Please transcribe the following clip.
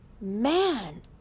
Man